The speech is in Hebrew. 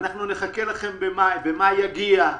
ומאי יגיע.